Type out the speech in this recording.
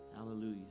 hallelujah